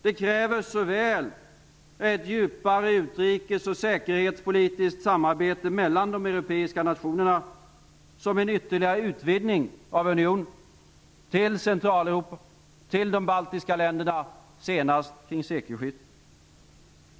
Det kräver såväl ett djupare utrikes och säkerhetspolitiskt samarbete mellan de europeiska nationerna som en ytterligare utvidgning av unionen till att omfatta Centraleuropa och de baltiska länderna senast kring sekelskiftet.